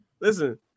listen